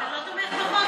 אתה לא תומך בחוק?